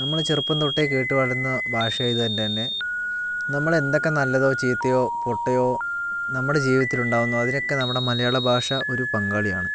നമ്മള് ചെറുപ്പം തൊട്ടെ കേട്ടുവളർന്ന ഭാഷ ആയത് കൊണ്ട് തന്നെ നമ്മള് എന്തൊക്കെ നല്ലതോ ചീത്തയോ പൊട്ടയോ നമ്മുടെ ജീവിതത്തിൽ ഉണ്ടാവുന്നോ അതിനൊക്കെ നമ്മുടെ മലയാള ഭാഷ ഒരു പങ്കാളിയാണ്